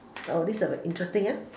this is interesting ya